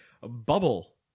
Bubble